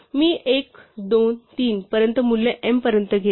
मी एक दोन तीन पर्यंत मूल्ये m पर्यंत घेतो